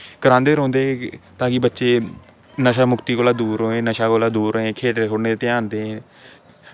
करांदे रौंह्दे ताकि बच्चे नशा मुक्त्ति कोला दूर रवै नशा कोला दूर रवै खेढने खूडने ध्यान दें